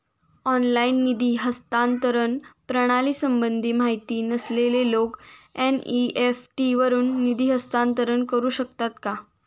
Online निधी हस्तांतरण प्रणालीसंबंधी माहिती नसलेले लोक एन.इ.एफ.टी वरून निधी हस्तांतरण करू शकतात का?